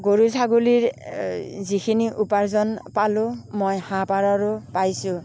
গৰু ছাগলীৰ যিখিনি উপাৰ্জন পালোঁ মই হাঁহ পাৰৰো পাইছোঁ